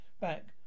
Back